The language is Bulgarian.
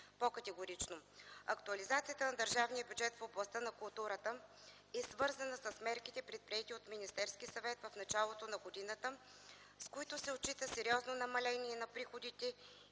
по-категорично. Актуализацията на държавния бюджет в областта на културата е свързана с мерките, предприети от Министерския съвет в началото на годината, с които се отчита сериозно намаление на приходите